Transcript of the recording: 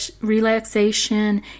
relaxation